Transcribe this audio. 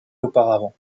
auparavant